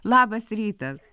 labas rytas